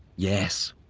yes.